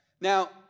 Now